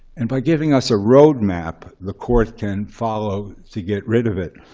and by giving us a road map the court can follow to get rid of it,